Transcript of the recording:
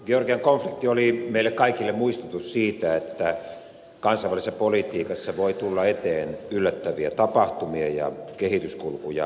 georgian konflikti oli meille kaikille muistutus siitä että kansainvälisessä politiikassa voi tulla eteen yllättäviä tapahtumia ja kehityskulkuja